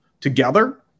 together